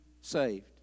saved